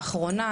האחרונה,